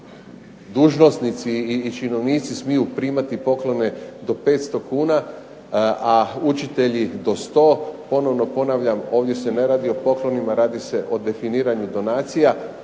dužnosnici i činovnici smiju primati poklone do 500 kuna, a učitelji do 100, ponovno ponavljam ovdje se ne radi o poklonima, radi se o definiranju donacija,